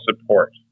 support